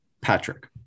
Patrick